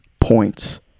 points